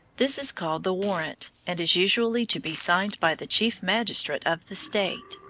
this is called the warrant, and is usually to be signed by the chief magistrate of the state.